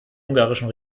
ungarischen